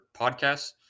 podcasts